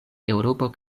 eŭropo